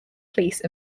police